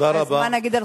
מה נגיד על